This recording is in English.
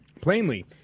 plainly